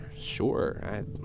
sure